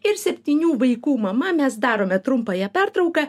ir septynių vaikų mama mes darome trumpąją pertrauką